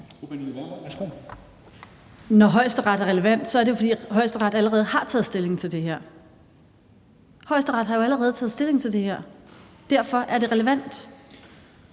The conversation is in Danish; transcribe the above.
Når Højesteret er relevant, er det jo, fordi Højesteret allerede har taget stilling til det her. Højesteret har jo allerede taget stilling til det her – derfor er det relevant.